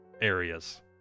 areas